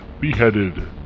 beheaded